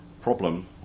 problem